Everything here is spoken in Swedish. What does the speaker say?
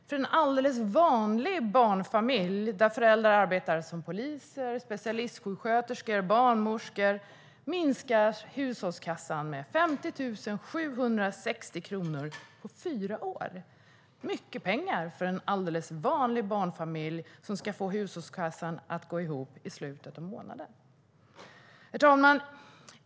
För en alldeles vanlig barnfamilj, där föräldrarna arbetar som polis, specialistsjuksköterskor eller barnmorskor, minskar hushållskassan med 50 760 kronor på fyra år. Det är mycket pengar för en alldeles vanlig barnfamilj som ska få hushållskassan att gå ihop i slutet av månaden. Herr talman!